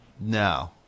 No